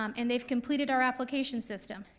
um and they've completed our application system.